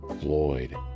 Floyd